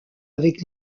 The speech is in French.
avec